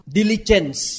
diligence